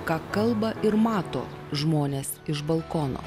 ką kalba ir mato žmones iš balkono